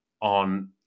on